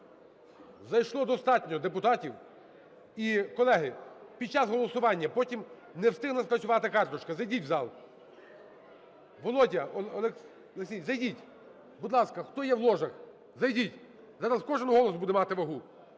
зайшло достатньо депутатів і, колеги, під час голосування потім не встигла спрацювати карточка, зайдіть в зал. Володя, зайдіть, будь ласка, хто є в ложах, зайдіть, зараз кожен голос буде мати вагу.